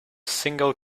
single